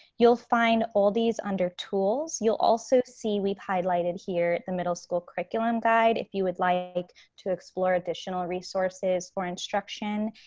you'll find all these under tools. you'll also see we've highlighted here the middle school curriculum guide, if you would like to explore additional resources for instruction,